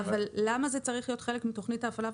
למה זה צריך להיות חלק מתוכנית ההפעלה,